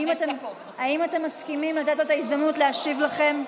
האם אתם מסכימים לתת לו את ההזדמנות להשיב לכם?